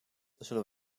zullen